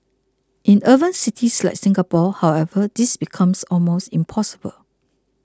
in urban cities like Singapore however this becomes almost impossible